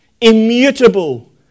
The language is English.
immutable